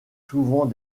souvent